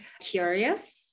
curious